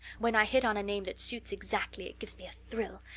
when i hit on a name that suits exactly it gives me a thrill.